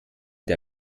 der